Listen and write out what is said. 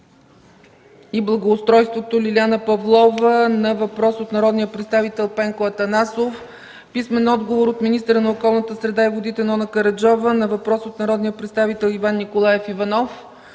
и благоустройството Лиляна Павлова на въпрос от народния представител Пенко Атанасов; - от министъра на околната среда и водите Нона Караджова на въпрос от народния представител Иван Николаев Иванов;